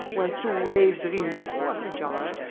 when two waves reinforce each other,